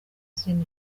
izindi